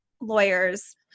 lawyers